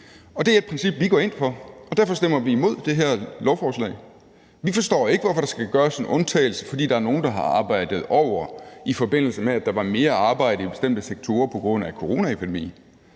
Det er et princip, vi går ind for, og derfor stemmer vi imod det her lovforslag. Vi forstår ikke, hvorfor der skal gøres en undtagelse, fordi der er nogen, der har arbejdet over, i forbindelse med at der var mere arbejde i bestemte sektorer på grund af coronaepidemien.